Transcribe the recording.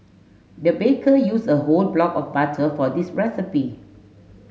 the baker used a whole block of butter for this recipe